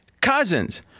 Cousins